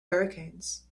hurricanes